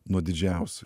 nuo didžiausių